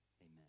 amen